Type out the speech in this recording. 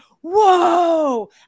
whoa